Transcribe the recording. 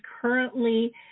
currently